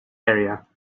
area